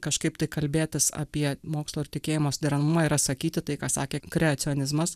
kažkaip tai kalbėtis apie mokslo ir tikėjimo suderinamumą yra sakyti tai ką sakė kreacionizmas